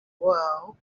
well